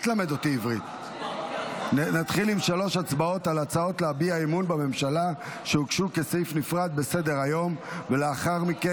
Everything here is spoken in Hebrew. על ההצעות להביע אי-אמון בממשלה שהוגשו כסעיף נפרד בסדר-היום ולאחר מכן